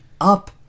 up